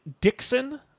Dixon